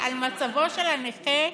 על מצבו של הנכה